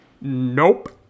Nope